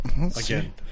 Again